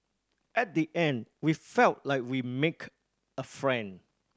at the end we felt like we make a friend